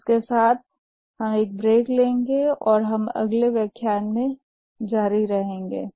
इसके साथ हम एक ब्रेक लेंगे और हम अगले व्याख्यान में जारी रहेंगे